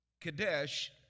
Kadesh